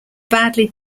badly